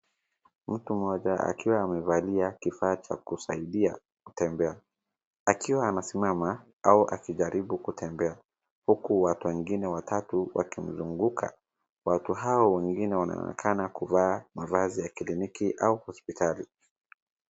Mtu mmoja akiwa amevalia kifaa cha kumsaidia kutembea , akiwa amesimama au akijaribu kutembea huku watu wengine watatu wakimzunguka ,watu hao wengine wanaonekana kuvaa mavazi ya kliniki au hospitali.